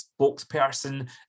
spokesperson